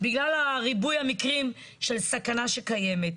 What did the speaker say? בגלל ריבוי המקרים של סכנה שקיימת.